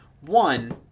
One